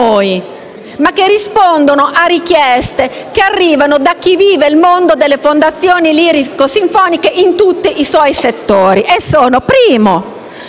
ma che rispondono a richieste che arrivano da chi vive il mondo delle fondazioni lirico-sinfoniche in tutti i suoi settori.